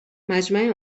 مجمع